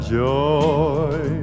joy